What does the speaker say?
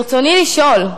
ברצוני לשאול: